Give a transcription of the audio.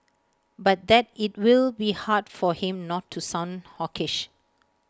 but that IT will be hard for him not to sound hawkish